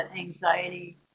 anxiety